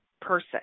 person